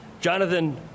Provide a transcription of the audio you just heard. Jonathan